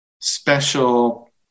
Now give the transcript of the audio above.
special